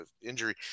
injury